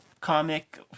comic